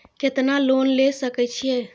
केतना लोन ले सके छीये?